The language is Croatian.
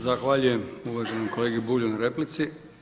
Zahvaljujem uvaženom kolegi Bulju na replici.